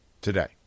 Today